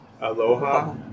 Aloha